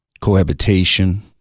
cohabitation